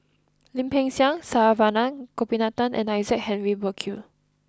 Lim Peng Siang Saravanan Gopinathan and Isaac Henry Burkill